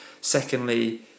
Secondly